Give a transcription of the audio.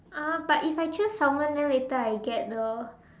uh but if I choose Salmon then later I get the